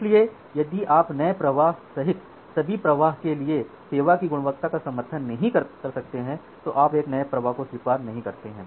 इसलिए यदि आप नए प्रवाह सहित सभी प्रवाह के लिए सेवा की गुणवत्ता का समर्थन नहीं कर सकते हैं तो आप एक नए प्रवाह को स्वीकार नहीं करते हैं